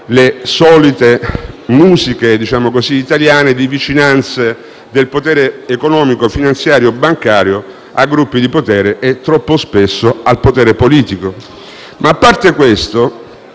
le solite musiche italiane di vicinanze del potere economico, finanziario, bancario a gruppi di potere e troppo spesso al potere politico. A parte questo,